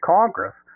Congress